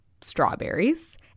strawberries